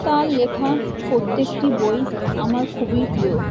তার লেখা প্রত্যেকটি বই আমার খুবই প্রিয়